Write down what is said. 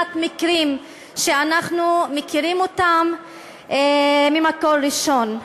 מבחינת מקרים שאנחנו מכירים אותם ממקור ראשון.